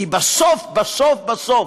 כי בסוף בסוף בסוף,